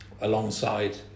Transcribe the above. Alongside